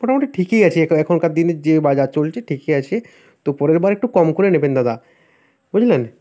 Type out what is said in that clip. মোটামুটি ঠিকই আছে এখ এখনকার দিনে যে বাজার চলছে ঠিকই আছে তো পরেরবার একটু কম করে নেবেন দাদা বুঝলেন